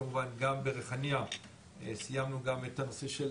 כמובן גם בריחאניה סיימנו גם את הנושא של